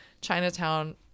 Chinatown